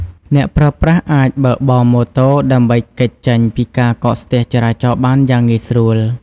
អ្នកប្រើប្រាស់អាចបើកបរម៉ូតូ ដើម្បីគេចចេញពីការកកស្ទះចរាចរណ៍បានយ៉ាងងាយស្រួល។